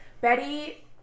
Betty